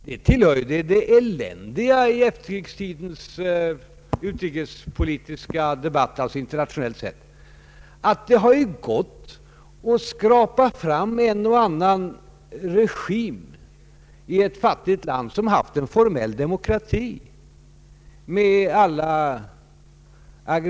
Det tillhör det eländiga i efterkrigstidens utrikespolitiska debatt — internationellt sett — att det gått att skrapa fram en och annan regim i ett fattigt land som haft en formell demokrati med alla agremanger.